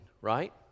right